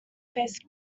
faced